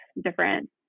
different